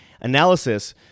analysis